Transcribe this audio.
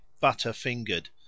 butter-fingered